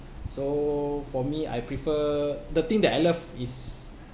so for me I prefer the thing that I love is